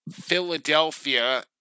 Philadelphia